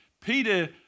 Peter